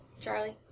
Charlie